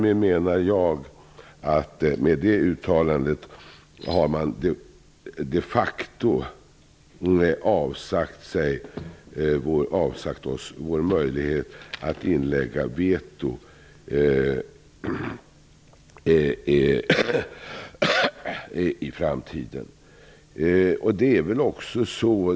Med det uttalandet har vi de facto avsagt oss vår möjlighet att inlägga veto i framtiden.